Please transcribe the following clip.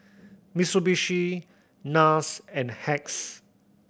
Mitsubishi Nars and Hacks